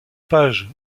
pages